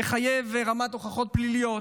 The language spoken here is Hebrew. המחייב רמת הוכחות פלילית,